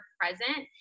present